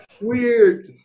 weird